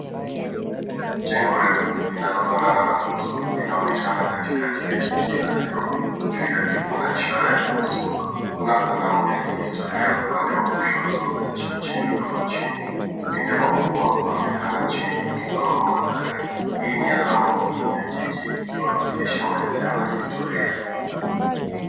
Jengo refu linalofanana na nguzo linaonekana katikati ya jiji la Nairobi. Juu yake kuna ishara ya Samsung. Kuna sanamu ya Kihistoria upande wa kushoto na chemichemi ndogo chini. Upinde wa mvua unaonekana chini ukipamba mandhari. Hii ni alama muhimu ya jiji, ikiwakilisha maendeleo na historia.